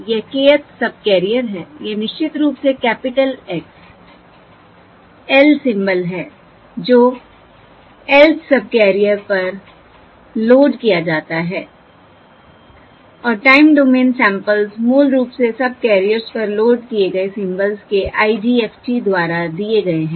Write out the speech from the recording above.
यह kth subcarrier है यह निश्चित रूप से कैपिटल X l सिंबल है जो lth सबकैरियर पर लोड किया गया है और टाइम डोमेन सैंपल्स मूल रूप से सबकैरियर्स पर लोड किए गए सिंबल्स के IDFT द्वारा दिए गए हैं